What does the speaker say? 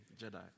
Jedi